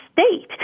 state